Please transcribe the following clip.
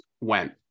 went